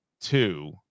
two